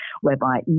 whereby